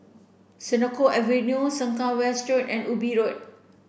Senoko Avenue Sengkang West Road and Ubi Road